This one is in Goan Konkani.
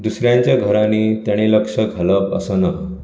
दुसऱ्यांच्या घरांनी तेणीं लक्ष घालप आसना